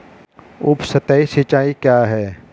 उपसतही सिंचाई क्या है?